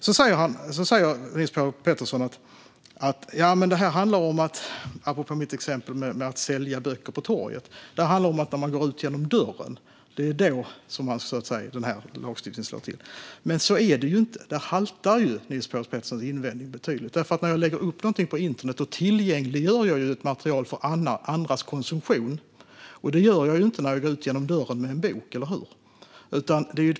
Niels Paarup-Petersen säger, apropå mitt exempel med att sälja böcker på torget, att den nya lagstiftningen slår till när man går ut genom dörren. Men så är det ju inte. Niels Paarup-Petersens invändning haltar betydligt. Om jag lägger ut någonting på internet tillgängliggör jag ett material för andras konsumtion. Men det gör jag ju inte om jag går ut genom dörren med en bok, eller hur?